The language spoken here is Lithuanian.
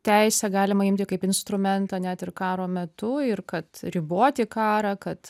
teisę galima imti kaip instrumentą net ir karo metu ir kad riboti karą kad